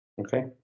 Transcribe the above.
Okay